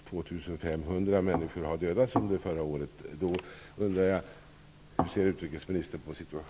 2 500 människor dödades förra året.